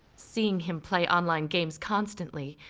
seeing him play online games constantly,